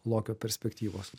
lokio perspektyvos